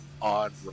on